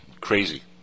Crazy